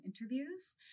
interviews